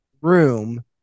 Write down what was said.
room